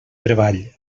treball